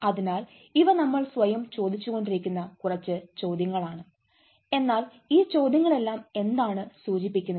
അതിനാൽ ഇവ നമ്മൾ സ്വയം ചോദിച്ചുകൊണ്ടിരിക്കുന്ന കുറച്ച് ചോദ്യങ്ങളാണ് എന്നാൽ ഈ ചോദ്യങ്ങളെല്ലാം എന്താണ് സൂചിപ്പിക്കുന്നത്